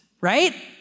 right